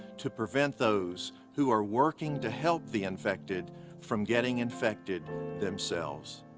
to prevent those who are working to help the infected from getting infected themselves.